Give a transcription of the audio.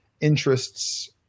interests